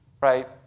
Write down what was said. Right